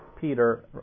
Peter